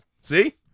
See